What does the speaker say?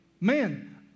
Man